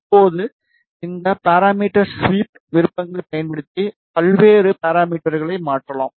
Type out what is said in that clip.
இப்போது இந்த parameter sweep விருப்பங்களைப் பயன்படுத்தி பல்வேறு பாராமீட்டர்களை மாற்றலாம்